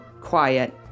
quiet